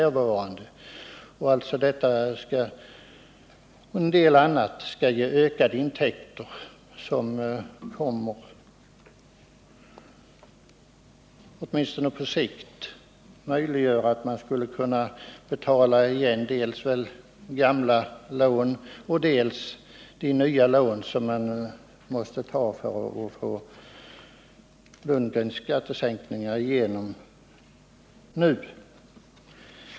Också en del andra saker, menar han, kommer att ge ökade intäkter, som åtminstone på sikt möjliggör att vi kommer att kunna betala tillbaka gamla lån, medan vi nu kan uppta nya lån för att finansiera en skattesänkning.